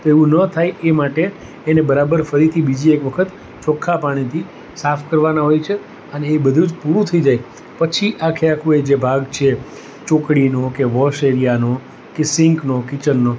એવું ન થાય એ માટે એને બરાબર ફરીથી બીજી એક વખત ચોખ્ખા પાણીથી સાફ કરવાનાં હોય છે અને એ બધું જ પૂરું થઈ જાય પછી આખે આખું એ જે ભાગ છે ચોકડીનો કે વોશ એરિયાનો કે સિંકનો કિચનનો